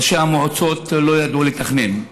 ראשי המועצות לא ידעו לתכנן.